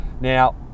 Now